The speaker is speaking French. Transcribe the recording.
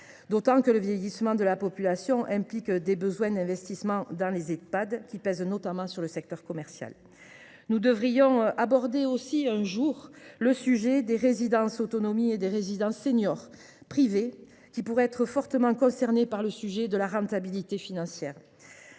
d’autant que le vieillissement de la population implique des besoins d’investissement dans les Ehpad qui pèsent notamment sur le secteur commercial. Il conviendrait aussi que nous abordions un jour le sujet des résidences autonomie et des résidences seniors privées, qui pourraient être fortement concernées par le problème de la rentabilité financière.